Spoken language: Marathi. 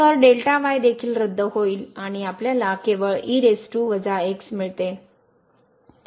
तरदेखील रद्द होईल आणि आपल्याला केवळ मिळते